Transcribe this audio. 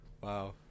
wow